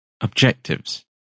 Objectives